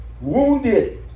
Wounded